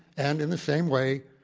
and in the same way,